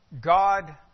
God